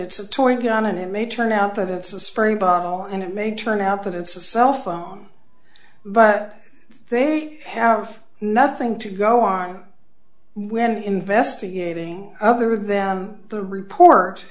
it's a toy gun and it may turn out that it's a spray bottle and it may turn out that it's a cellphone but they have nothing to go on when investigating other them the report